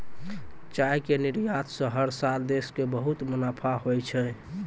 चाय के निर्यात स हर साल देश कॅ बहुत मुनाफा होय छै